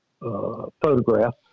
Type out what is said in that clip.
photograph